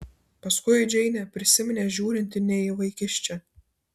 paskui džeinė prisiminė žiūrinti ne į vaikiščią